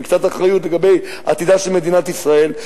וקצת אחריות לגבי עתידה של מדינת ישראל,